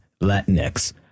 latinx